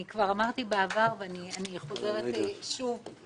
כבר אמרתי בעבר ואחזור על כך שאני,